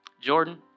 Jordan